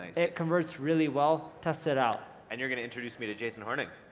it converts really well. test it out. and you're gonna introduce me to jason hornig.